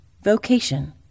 Vocation